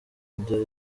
kugera